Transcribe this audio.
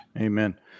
amen